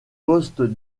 poste